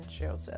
Joseph